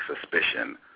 suspicion